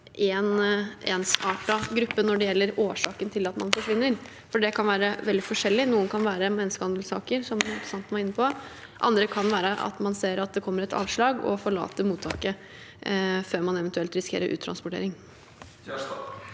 gruppe når det gjelder årsaken til at man forsvinner, for det kan være veldig forskjellig. Noe kan være menneskehandelssaker, som representanten var inne på. Andre ganger kan det være at man ser at det kommer et avslag, og forlater mottaket før man eventuelt risikerer uttransportering.